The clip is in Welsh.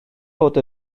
bod